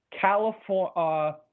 California